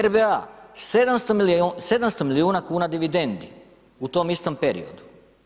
RBA 700 milijuna kuna dividendi u tom istom periodu.